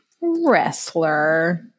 wrestler